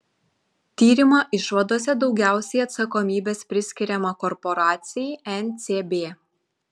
tyrimo išvadose daugiausiai atsakomybės priskiriama korporacijai ncb